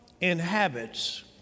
inhabits